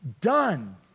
done